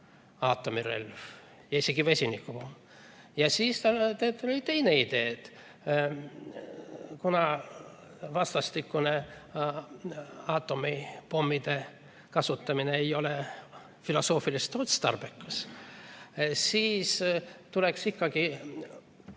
aatomirelv ja isegi vesinikupomm. Ja siis tal oli teine idee. Kuna vastastikune aatomipommide kasutamine ei ole filosoofiliselt otstarbekas, siis tuleks ikkagi